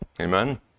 Amen